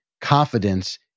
confidence